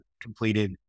completed